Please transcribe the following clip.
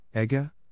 Ega